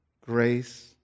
Grace